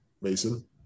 Mason